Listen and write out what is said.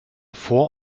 vor